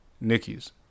Nikki's